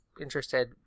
interested